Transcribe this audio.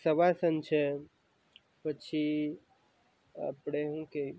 શવાસન છે પછી આપણે શું કે